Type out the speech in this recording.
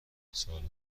سالها